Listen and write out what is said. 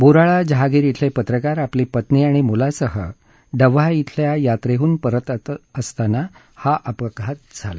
बोराळा जहागीर इथले पत्रकार आपली पत्नी आणि मुलासह डव्हा इथल्या यात्रेहून परतत असताना हा अपघात झाला